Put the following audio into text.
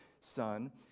Son